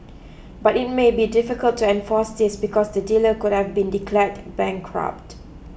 but it may be difficult to enforce this because the dealer could have been declared bankrupt